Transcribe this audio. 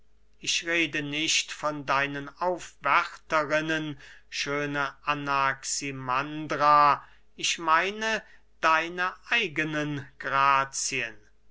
ich rede nicht von deinen aufwärterinnen schöne anaximandra ich meine deine eigenen grazien